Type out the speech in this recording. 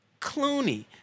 Clooney